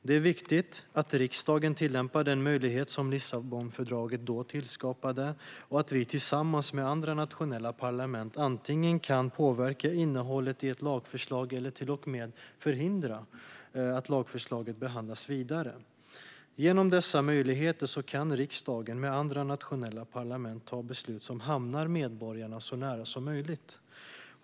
Det är viktigt att riksdagen tillämpar den möjlighet som Lissabonfördraget då tillskapade - att vi tillsammans med andra nationella parlament kan antingen påverka innehållet i ett lagförslag eller till och med förhindra att lagförslaget behandlas vidare. Genom dessa möjligheter kan riksdagen tillsammans med andra nationella parlament ta beslut som hamnar så nära medborgarna som möjligt.